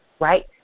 right